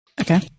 Okay